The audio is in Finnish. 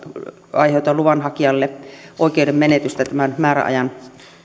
aiheutua luvanhakijalle oikeuden menetystä tämän määräajan